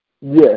Yes